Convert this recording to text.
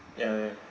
ya ya